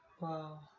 Wow